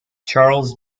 charles